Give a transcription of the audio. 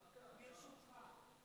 ברשותך.